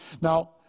Now